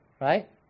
Right